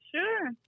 Sure